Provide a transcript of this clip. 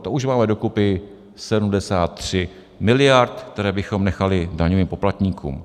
To už máme do kupy 73 miliard, které bychom nechali daňovým poplatníkům.